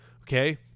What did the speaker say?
okay